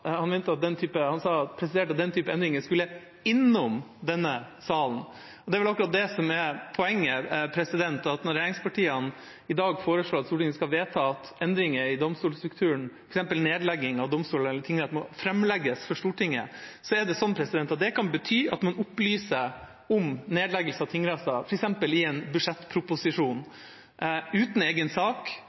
han mente at den typen endringer skulle «innom» denne salen. Det er vel akkurat det som er poenget, at når regjeringspartiene i dag foreslår at Stortinget skal vedta endringer i domstolstrukturen, og f.eks. nedlegging av domstoler eller tingretter må framlegges for Stortinget, så kan det bety at man opplyser om nedleggelse av tingretter f. eks. i en budsjettproposisjon – uten egen sak,